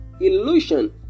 illusion